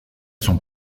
sont